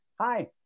Hi